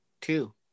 two